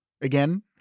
again